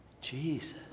Jesus